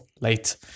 late